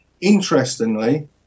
Interestingly